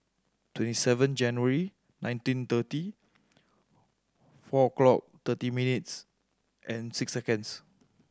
twenty seven January nineteen thirty four clock thirty minutes and six seconds